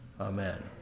Amen